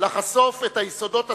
ולחשוף את היסודות השטניים,